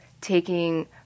taking